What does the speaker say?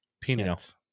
peanuts